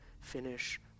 finish